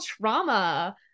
trauma